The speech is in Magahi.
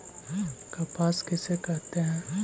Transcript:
कपास किसे कहते हैं?